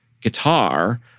guitar